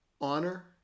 Honor